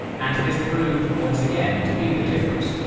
and this proved, once again, to be the difference.